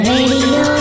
Radio